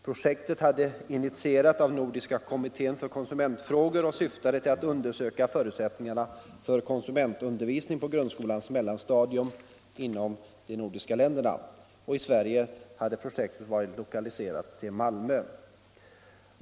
Projektet hade initierats av Nordiska kommittén för konsumentfrågor och syftade till att undersöka förutsättningarna för konsumentundervisning på grundskolans mellanstadium inom de nordiska länderna. I Sverige har projektet varit lokaliserat till Malmö.